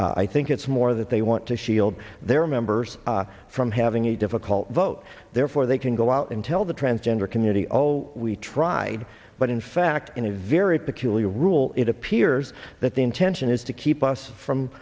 unlikely i think it's more that they want to shield their members from having a difficult vote therefore they can go out and tell the transgender community oh we tried but in fact in a very peculiar rule it appears that the intention is to keep us from